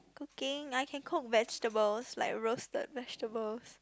cooking I can cook vegetables like roasted vegetables